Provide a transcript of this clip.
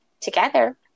together